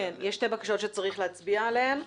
כן, יש שתי בקשות שצריך להצביע עליהן.